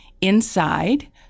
inside